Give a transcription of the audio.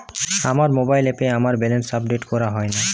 আমার মোবাইল অ্যাপে আমার ব্যালেন্স আপডেট করা হয় না